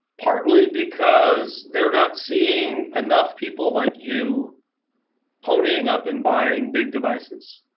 partly because they're not seeing enough people like you ponying up and buying big devices.